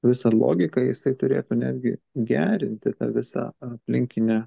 visą logiką jisai turėtų netgi gerinti visą aplinkinę